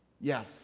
Yes